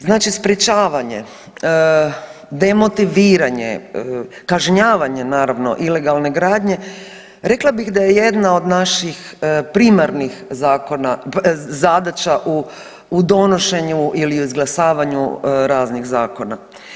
Znači sprječavanje, demotiviranje, kažnjavanje naravno ilegalne gradnje, rekla bih da je jedna od naših primarnih zadaća u donošenju ili u izglasavanju raznih zakona.